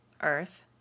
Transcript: earth